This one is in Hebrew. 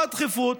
מה הדחיפות?